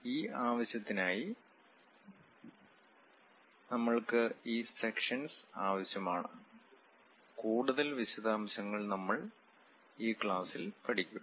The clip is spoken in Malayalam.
ഈ ആവശ്യത്തിനായിനമ്മൾക്ക് ഈ സെക്ഷൻസ് ആവശ്യമാണ് കൂടുതൽ വിശദാംശങ്ങൾ നമ്മൾ ഈ ക്ലാസ്സിൽ പഠിക്കും